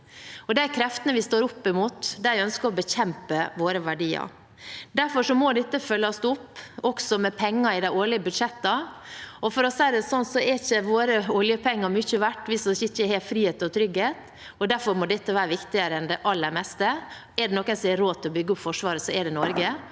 De kreftene vi står opp mot, ønsker å bekjempe våre verdier. Derfor må dette følges opp, også med penger i de årlige budsjettene. For å si det slik: Våre oljepenger er ikke mye verdt hvis vi ikke har frihet og trygghet. Derfor må dette være viktigere enn det aller meste. Er det noen som har råd til å bygge opp forsvaret, er det Norge,